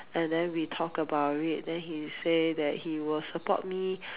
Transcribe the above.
and then we talk about it then he say that he will support me